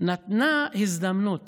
נתנה הזדמנות